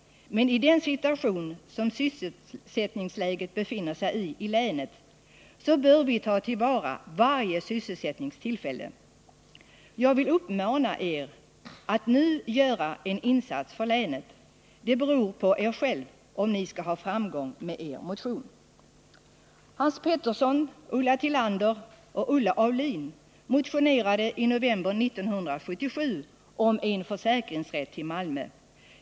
Men som sysselsättningsläget i länet nu är bör vi ta till vara varje sysselsättningstillfälle. Jag vill uppmana er att nu göra en insats för länet. Det är ni själva som avgör om er motion skall få framgång. Hans Petersson i Röstånga, Ulla Tillander och Olle Aulin motionerade i november 1977 om en försäkringsrätt till Malmö.